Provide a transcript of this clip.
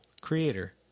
creator